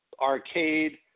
arcade